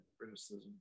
criticism